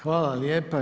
Hvala lijepa.